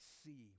see